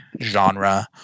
genre